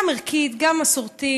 גם ערכית וגם מסורתית.